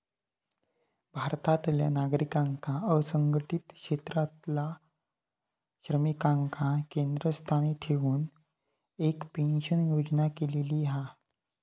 भारतातल्या नागरिकांका असंघटीत क्षेत्रातल्या श्रमिकांका केंद्रस्थानी ठेऊन एक पेंशन योजना केलेली हा